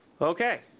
Okay